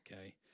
okay